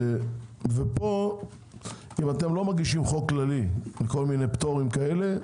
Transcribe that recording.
אם אתם לא מגישים חוק כללי עם כל מיני פטורים כאלה,